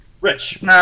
Rich